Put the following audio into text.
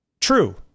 True